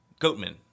Goatman